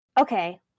Okay